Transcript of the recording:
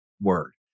word